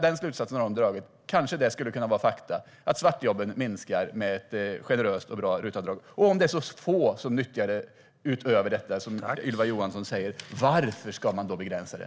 Den slutsatsen har man dragit. Kanske det skulle kunna vara fakta: att svartjobben minskar med ett generöst och bra RUT-avdrag. Om det är så få som nyttjar det utöver detta, som Ylva Johansson säger, undrar jag: Varför ska man begränsa det?